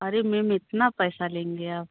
अरे मेम इतना पैसा लेंगे आप